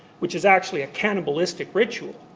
which is actually a cannibalistic ritual.